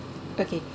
okay